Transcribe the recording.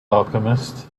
alchemist